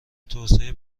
توسعه